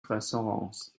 restaurants